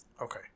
Okay